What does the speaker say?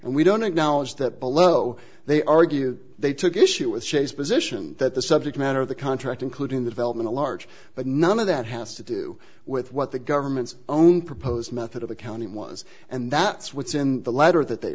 and we don't acknowledge that below they argue they took issue with shapes position that the subject matter of the contract including the development a large but none of that has to do with what the government's own proposed method of the county was and that's what's in the letter that they